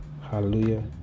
Hallelujah